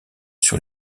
sur